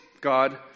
God